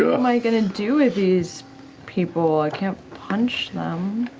um i going to do with these people? i can't punch them.